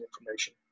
information